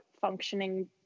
functioning